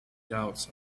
doubts